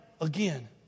again